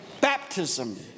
baptism